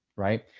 right?